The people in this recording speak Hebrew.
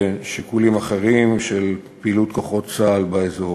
ושיקולים אחרים של פעילות כוחות צה"ל באזור.